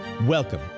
Welcome